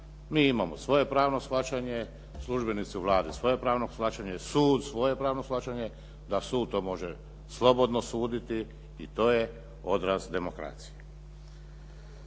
mi imamo svoje pravno shvaćanje, službenici u Vladi svoje pravno shvaćanje, sud svoje pravno shvaćanje da sud to može slobodno suditi i to je odraz demokracije.